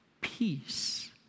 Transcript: peace